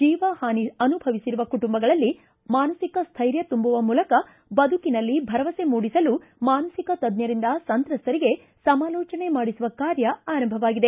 ಜೀವ ಹಾನಿ ಅನುಭವಿಸಿರುವ ಕುಟುಂಬಗಳಲ್ಲಿ ಮಾನಸಿಕ ಸ್ಟೈರ್ಯ ತುಂಬುವ ಮೂಲಕ ಬದುಕಿನಲ್ಲಿ ಭರವಸೆ ಮೂಡಿಸಲು ಮಾನಸಿಕ ತಜ್ಞರಿಂದ ಸಂತ್ರಸ್ತರಿಗೆ ಸಮಾಲೋಚನೆ ಮಾಡಿಸುವ ಕಾರ್ಯ ಆರಂಭವಾಗಿದೆ